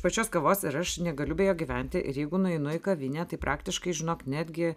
pačios kavos ir aš negaliu be jo gyventi ir jeigu nueinu į kavinę tai praktiškai žinok netgi